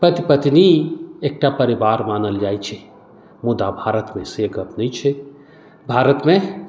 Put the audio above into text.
पति पत्नी एकटा परिवार मानल जाइत छै मुदा भारतमे से गप नहि छै भारतमे